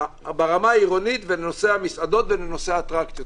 ברמה העירונית לנושא המסעדות ולנושא האטרקציות.